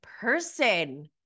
person